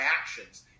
actions